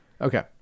okay